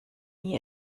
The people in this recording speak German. nie